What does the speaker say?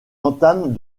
entament